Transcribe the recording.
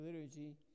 liturgy